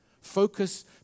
Focus